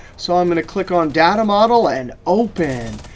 so i'm going to click on data model and open.